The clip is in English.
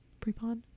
prepon